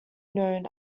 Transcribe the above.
known